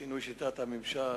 שינוי שיטת הממשל,